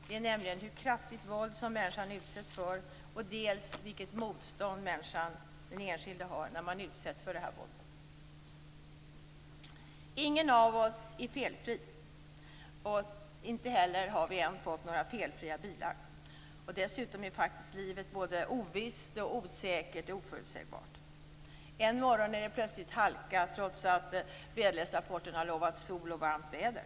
Det är dels hur kraftigt våld som människan utsätts för, dels vilket motstånd den enskilde har när han eller hon utsätts för det här våldet. Ingen av oss är felfri. Inte heller har vi ännu fått felfria bilar. Dessutom är faktiskt livet både ovisst, osäkert och oförutsägbart. En morgon är det plötsligt halka, trots att väderleksrapporten har lovat sol och varmt väder.